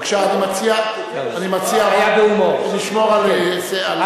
בבקשה, אני מציע לשמור על הסדר.